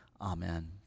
Amen